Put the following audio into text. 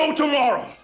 tomorrow